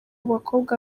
bakobwa